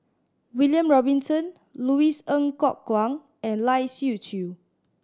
William Robinson Louis Ng Kok Kwang and Lai Siu Chiu